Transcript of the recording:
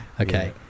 okay